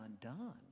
undone